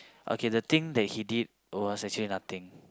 okay the thing that he did was actually nothing